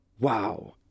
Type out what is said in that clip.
Wow